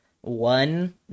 one